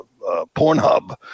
Pornhub